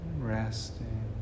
Resting